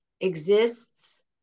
exists